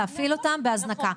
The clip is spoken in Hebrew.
להפעיל אותם בהזנקה,